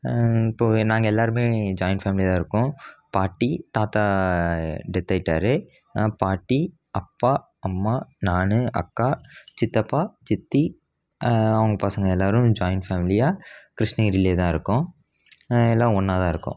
இப்போது நாங்கள் எல்லாேருமே ஜாயின் ஃபேமிலியாக தான் இருக்கோம் பாட்டி தாத்தா டெத்டாயிட்டார் பாட்டி அப்பா அம்மா நான் அக்கா சித்தப்பா சித்தி அவங்க பசங்கள் எல்லாேரும் ஜாயின் ஃபேமிலியாக கிருஷ்ணகிரியிலயே தான் இருக்கோம் எல்லாம் ஒன்றா தான் இருக்கோம்